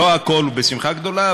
לא הכול בשמחה גדולה,